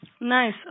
Nice